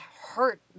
hurt